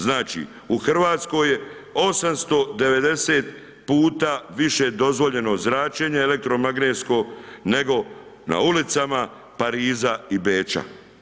Znači u Hrvatskoj 890 puta više dozvoljeno značenje elektromagnetno nego na ulicama Pariza i Beča.